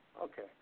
okay